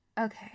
Okay